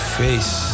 face